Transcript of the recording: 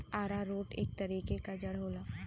आरारोट एक तरीके क जड़ होला